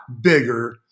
bigger